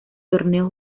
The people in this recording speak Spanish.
torneo